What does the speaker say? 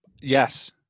Yes